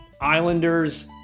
Islanders